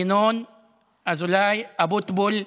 ינון אזולאי, אבוטבול,